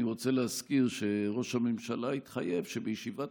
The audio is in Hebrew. אני רוצה להזכיר שראש הממשלה התחייב שבישיבת